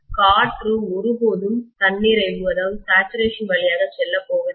காற்று ஒருபோதும் தன்நிறைவு சேச்சுரேஷன் வழியாக செல்லப்போவதில்லை